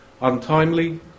untimely